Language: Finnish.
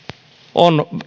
on